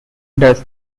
does